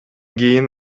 кийин